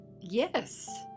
yes